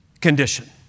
condition